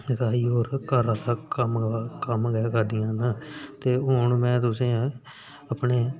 ते पिता जी होर घर दा कम्म गै करदियां न ते हून में तुसें ई अपने